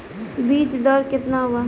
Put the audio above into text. बीज दर केतना वा?